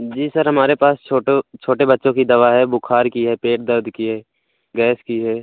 जी sir हमारे पास छोटो छोटे बच्चों की दवा है बुखार की है पेट दर्द की है गैस की है